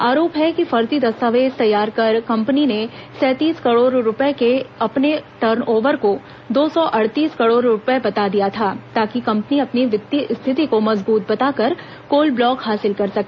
आरोप है कि फर्जी दस्तावेज तैयार कर कंपनी ने सैंतीस करोड़ रूपये के अपने टर्नओवर को दो सौ अड़तीस करोड़ रूपये बता दिया था ताकि कंपनी अपनी वित्तीय स्थिति को मजबूत बताकर कोल ब्लाक हासिल कर सके